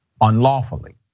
unlawfully